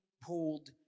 pulled